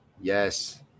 Yes